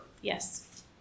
yes